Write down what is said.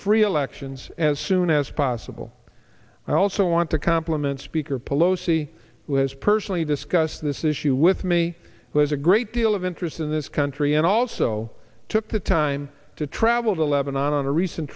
free elections as soon as possible i also want to compliment speaker pelosi who has personally discussed this issue with me who has a great deal of interest in this country and also took the time to travel to lebanon on a recent